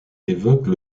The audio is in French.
évoque